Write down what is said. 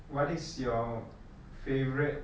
what is your favourite